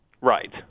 Right